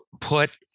put